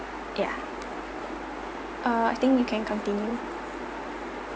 ya err I think you can continue